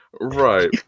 Right